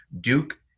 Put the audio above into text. duke